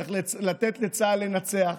צריך לתת לצה"ל לנצח.